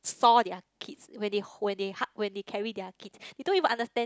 saw their kids when they when they hug when they carry their kids they don't even understand